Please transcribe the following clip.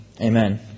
Amen